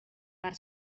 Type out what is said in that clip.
per